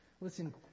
listen